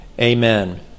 amen